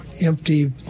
empty